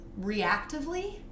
reactively